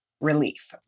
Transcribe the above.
relief